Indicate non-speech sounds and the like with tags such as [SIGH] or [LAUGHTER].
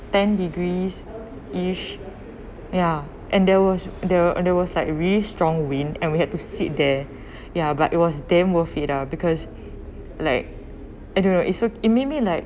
ten degrees each ya and there was there wa~ there was like really strong wind and we had to sit there [BREATH] ya but it was damn worth it lah because like I don't know it so it make me like